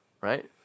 right